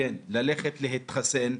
--- ללכת להתחסן.